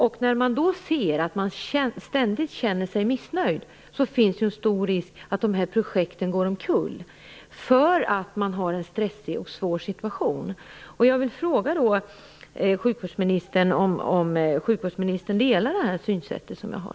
Om personalen ständigt känner sig missnöjd och har en svår och stressig situation, finns det en stor risk för att dessa projekt går omkull. Jag vill fråga om statsrådet delar detta mitt synsätt.